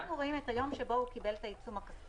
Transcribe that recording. אנחנו רואים את היום שבו הוא קיבל את העיצום הכספי,